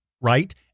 right